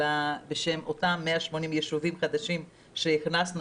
אלא בשם אותם 180 יישובים חדשים שהכנסנו